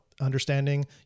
understanding